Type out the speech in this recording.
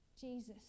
Jesus